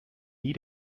nie